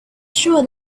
sure